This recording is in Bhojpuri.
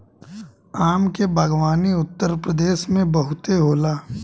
आम के बागवानी उत्तरप्रदेश में बहुते होला